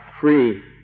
free